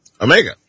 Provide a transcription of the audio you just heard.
Omega